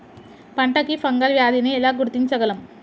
పంట కి ఫంగల్ వ్యాధి ని ఎలా గుర్తించగలం?